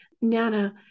Nana